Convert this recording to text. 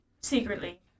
secretly